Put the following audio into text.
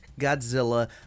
Godzilla